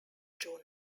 juno